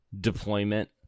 deployment